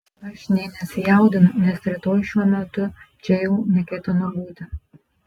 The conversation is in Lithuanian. bet aš nė nesijaudinu nes rytoj šiuo metu čia jau neketinu būti